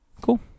Cool